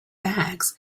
bags